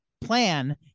plan